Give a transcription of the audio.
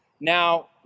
now